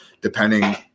depending –